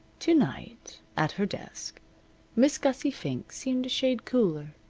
to-night at her desk miss gussie fink seemed a shade cooler,